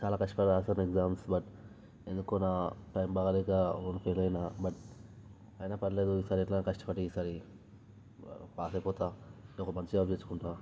చాలా కష్టపడి రాశాను ఎగ్జామ్స్ బట్ ఎందుకో నా టైం బాగలేక రెండు ఫెయిల్ అయినా బట్ అయినా పర్లేదు ఈసారి ఎట్లైనా కష్టపడి ఈసారి పాస్ అయిపోతాను ఒక మంచి జాబ్ తెచ్చుకుంటాను